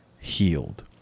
healed